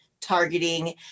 targeting